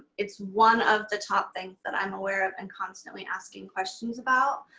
it's one of the top things that i'm aware of and constantly asking questions about.